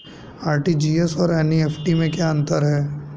RTGS और NEFT में क्या अंतर है?